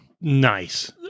Nice